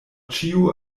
ĉiu